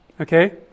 okay